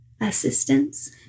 assistance